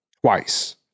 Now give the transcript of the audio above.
twice